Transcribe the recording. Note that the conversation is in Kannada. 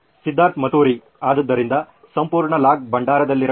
ಸಿದ್ಧಾರ್ಥ್ ಮತುರಿ ಆದ್ದರಿಂದ ಸಂಪೂರ್ಣ ಲಾಗ್ ಭಂಡಾರದಲ್ಲಿರಬೇಕು